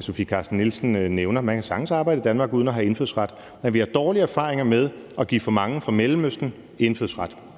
Sofie Carsten Nielsen nævner. Man kan sagtens arbejde i Danmark uden at have indfødsret, men vi har dårlige erfaringer med at give for mange fra Mellemøsten indfødsret.